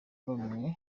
bamwe